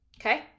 okay